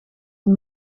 een